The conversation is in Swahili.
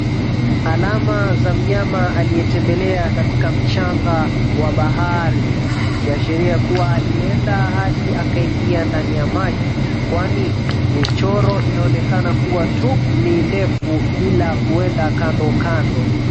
Alama za mnyama aliyetembelea katika mchanga wa bahari, ikiashiria kuwa alienda hadi akaingia ndani ya maji kwani michoro inaonekana kuwa tu! ni ndefu bila kuenda kandokando.